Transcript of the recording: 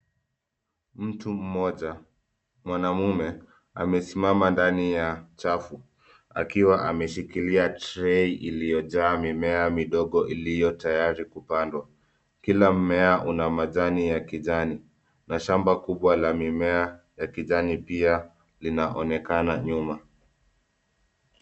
Mtu mmoja, mwanamume, amesimama ndani ya chafu, akiwa ameshikilia trei ilio jaa mimea midogo iliyo tayari kupandwa .Kila mmea una majani ya kijani na shamba kubwa la mimea la kijani pia linaonekana nyuma.